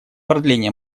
продления